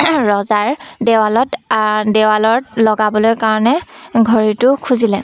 ৰজাৰ দেৱালত দেৱালত লগাবলৈ কাৰণে ঘড়ীটো খুজিলে